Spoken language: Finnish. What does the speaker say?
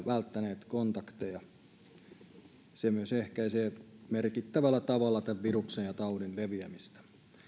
välttäneet kontakteja se myös ehkäisee merkittävällä tavalla tämän viruksen ja taudin leviämistä